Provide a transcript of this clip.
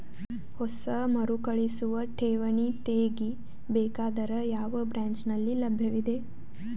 ಹೊಸ ಮರುಕಳಿಸುವ ಠೇವಣಿ ತೇಗಿ ಬೇಕಾದರ ಯಾವ ಬ್ರಾಂಚ್ ನಲ್ಲಿ ಲಭ್ಯವಿದೆ?